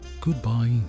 goodbye